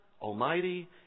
Almighty